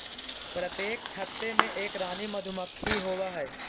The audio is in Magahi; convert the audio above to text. प्रत्येक छत्ते में एक रानी मधुमक्खी होवअ हई